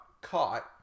caught